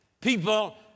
people